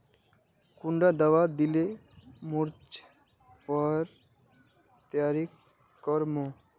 कुंडा दाबा दिले मोर्चे पर तैयारी कर मो?